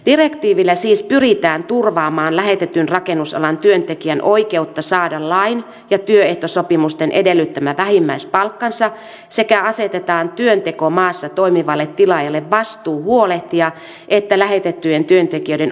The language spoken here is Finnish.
direktiivillä siis pyritään turvaamaan lähetetyn rakennusalan työntekijän oikeutta saada lain ja työehtosopimusten edellyttämä vähimmäispalkkansa sekä asetetaan työntekomaassa toimivalle tilaajalle vastuu huolehtia että lähetettyjen työntekijöiden oikeudet toteutuvat